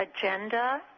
agenda